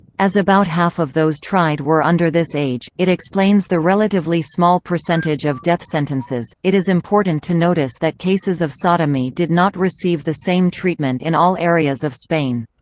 as about half of those tried were under this age, it explains the relatively small percentage of death sentences it is important to notice that cases of sodomy did not receive the same treatment in all areas of spain.